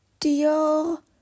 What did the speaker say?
Dior